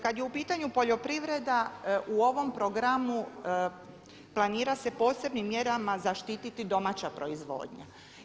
Kad je u pitanju poljoprivreda u ovom programu planira se posebnim mjerama zaštititi domaća proizvodnja.